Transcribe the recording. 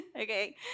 Okay